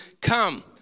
Come